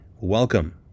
welcome